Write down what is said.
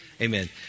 Amen